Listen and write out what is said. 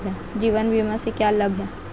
जीवन बीमा से क्या लाभ हैं?